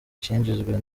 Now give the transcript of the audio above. cinjijwe